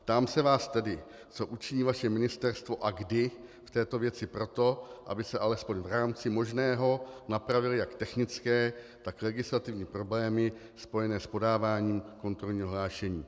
Ptám se vás tedy, co učiní vaše ministerstvo a kdy v této věci pro to, aby se alespoň v rámci možného napravily jak technické, tak legislativní problémy spojené s podáváním kontrolního hlášení.